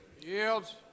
Yields